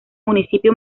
municipio